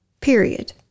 Period